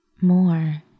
more